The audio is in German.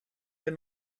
wir